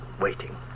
waiting